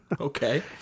Okay